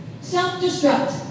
Self-destruct